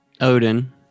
Odin